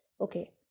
okay